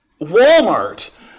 Walmart